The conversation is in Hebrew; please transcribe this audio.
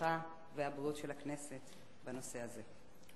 הרווחה והבריאות של הכנסת בנושא הזה.